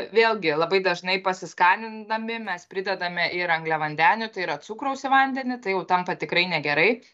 vėlgi labai dažnai pasiskaninami mes pridedame ir angliavandenių tai yra cukraus į vandenį tai jau tampa tikrai negerai